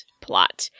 plot